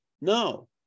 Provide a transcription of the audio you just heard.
No